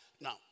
Now